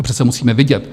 To přece musíme vidět.